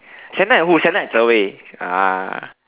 Sienna and who Sienne and Zhi-Wei ah